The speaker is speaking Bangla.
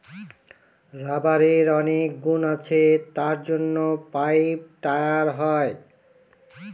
রাবারের অনেক গুণ আছে তার জন্য পাইপ, টায়ার হয়